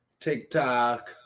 TikTok